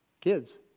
Kids